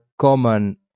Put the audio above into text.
common